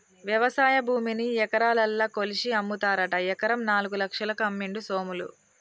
వ్యవసాయ భూమిని ఎకరాలల్ల కొలిషి అమ్ముతారట ఎకరం నాలుగు లక్షలకు అమ్మిండు సోములు